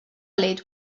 lid